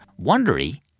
Wondery